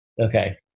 Okay